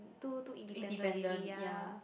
too too independent already ya